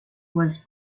was